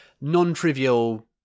non-trivial